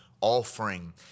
offering